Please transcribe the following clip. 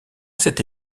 cette